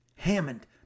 Hammond